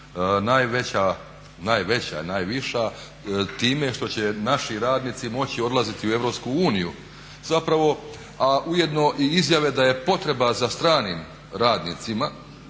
najveća i najviša time što će naši radnici moći odlaziti u Europsku uniju zapravo. A ujedno i izjave da je potreba za stranim radnicima,